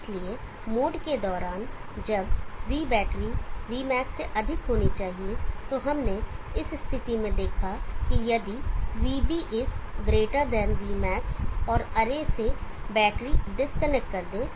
इसलिए मोड के दौरान जब V बैटरी Vmax से अधिक होनी चाहिए तो हमने इस स्थिति में देखा कि यदि VB Vmax और अरे से बैटरी डिस्कनेक्ट कर दें